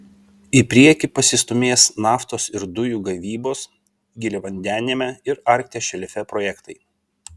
į priekį pasistūmės naftos ir dujų gavybos giliavandeniame ir arkties šelfe projektai